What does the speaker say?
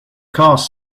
caused